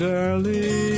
early